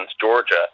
Georgia